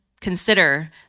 consider